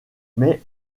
mais